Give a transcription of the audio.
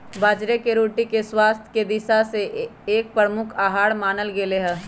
बाजरे के रोटी के स्वास्थ्य के दिशा से एक प्रमुख आहार मानल गयले है